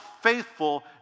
faithful